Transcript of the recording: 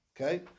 Okay